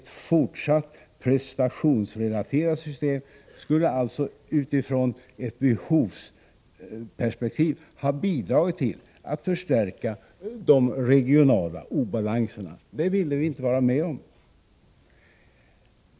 Ett fortsatt prestationsrelaterat system skulle alltså utifrån ett behovsperspektiv ha bidragit till att förstärka de regionala obalanserna. Det ville vi inte vara med om.